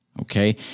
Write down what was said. okay